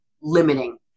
limiting